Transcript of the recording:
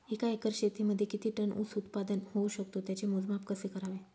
एका एकर शेतीमध्ये किती टन ऊस उत्पादन होऊ शकतो? त्याचे मोजमाप कसे करावे?